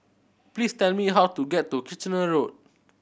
please tell me how to get to Kitchener Road